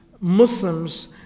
Muslims